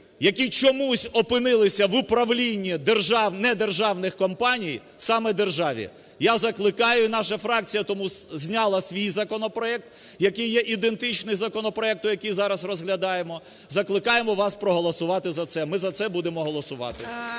які чомусь опинилися в управління недержавних компаній саме державі. Я закликаю, наша фракція тому зняла свій законопроект, який є ідентичний законопроекту, який зараз розглядаємо, закликаємо вас проголосувати за це. Ми за це будемо голосувати.